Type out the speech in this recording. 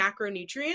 macronutrients